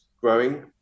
growing